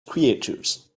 creatures